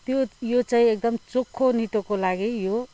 त्यो यो चाहिँ एकदम चोखो नितोको लागि यो